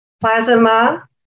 Plasma